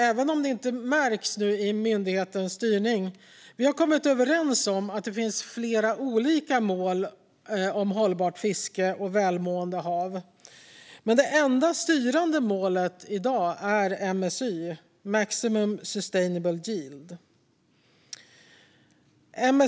Även om det inte märks i myndighetens styrning har vi politiskt kommit överens om att det finns flera olika mål om hållbart fiske och välmående hav, men det enda styrande målet i dag är maximum sustainable yield, MSY.